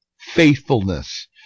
faithfulness